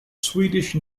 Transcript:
swedish